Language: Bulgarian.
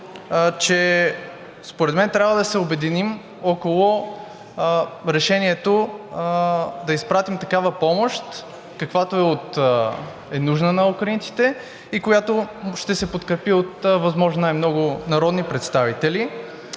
че според мен трябва да се обединим около решението да изпратим такава помощ, каквато е нужна на украинците, и която ще се подкрепи от възможно най-много народни представители.